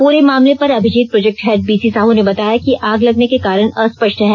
pray मामले पर Abhijeet project head BC Sahu ने बताया कि आग लगने के कारण अस्पष्ट है